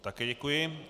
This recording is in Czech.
Také děkuji.